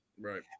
Right